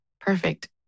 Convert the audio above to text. perfect